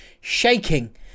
shaking